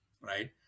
right